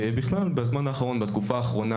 ובכלל בתקופה האחרונה,